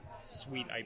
sweet